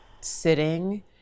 sitting